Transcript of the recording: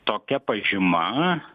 tokia pažyma